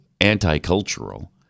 anti-cultural